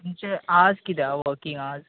तुमचे अवरर्ज कितें आहा वर्कींग अवरर्ज